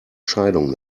scheidung